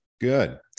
Good